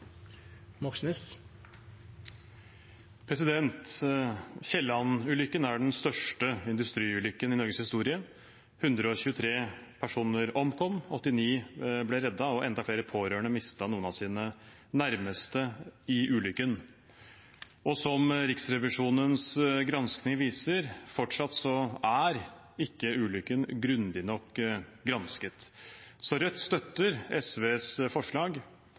den største industriulykken i Norges historie. 123 personer omkom, 89 ble reddet, og enda flere pårørende mistet noen av sine nærmeste i ulykken. Som Riksrevisjonens gransking viser, er ulykken fortsatt ikke grundig nok gransket, så Rødt støtter SVs forslag